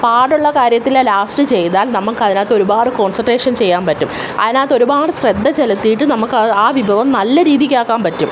പാടുള്ള കാര്യത്തിലെ ലാസ്റ്റ് ചെയ്താൽ നമുക്കതിനകത്ത് ഒരുപാട് കോൺസെൻട്രേഷൻ ചെയ്യാൻ പറ്റും അതിനകത്ത് ഒരുപാട് ശ്രദ്ധ ചെലുത്തിയിട്ട് നമുക്കാ ആ വിഭവം നല്ല രീതിക്കാക്കാൻ പറ്റും